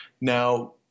Now